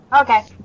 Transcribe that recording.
Okay